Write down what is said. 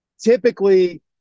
typically